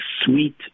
sweet